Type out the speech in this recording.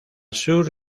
sur